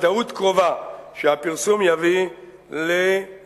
ודאות קרובה שהפרסום יביא לאלימות,